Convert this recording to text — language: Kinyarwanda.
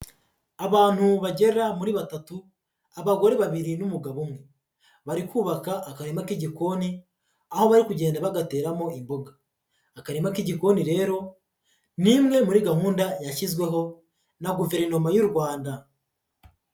Abantu bagera muri batatu, abagore babiri n'umugabo umwe, bari kubaka akarima k'igikoni, aho bari kugenda bagateramo imboga, akarima k'igikoni rero, ni imwe muri gahunda yashyizweho na Guverinoma y'u Rwanda.